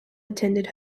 attended